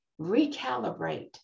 recalibrate